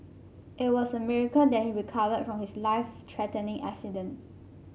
it was a miracle that he recovered from his life threatening accident